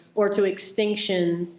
or to extinction,